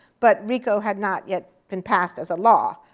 but rico had not yet been passed as a law.